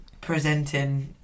presenting